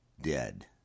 dead